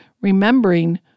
remembering